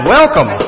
Welcome